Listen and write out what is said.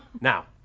Now